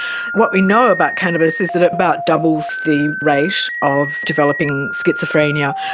what we know about cannabis is it about doubles the rate of developing schizophrenia.